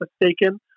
mistaken